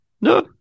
No